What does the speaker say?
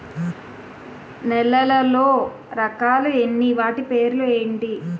నేలలో రకాలు ఎన్ని వాటి పేర్లు ఏంటి?